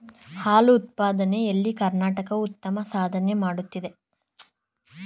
ಹಾಲು ಉತ್ಪಾದನೆ ಎಲ್ಲಿ ಕರ್ನಾಟಕ ಉತ್ತಮ ಸಾಧನೆ ಮಾಡುತ್ತಿದೆ